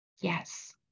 Yes